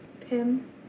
Pim